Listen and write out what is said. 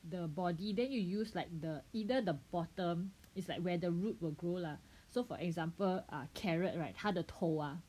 the body then you use like the either the bottom it's like where the roots will grow lah so for example ah carrot right 它的头啊